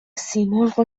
سیمرغ